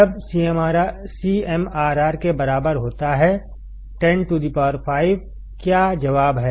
जब CMRR के बराबर होता है 105 क्या जवाब है